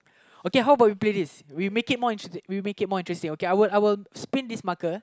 okay how about we play this we make it more we make it more interesting okay I will I will spin this marker